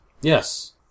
Yes